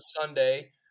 Sunday